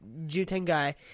Jutengai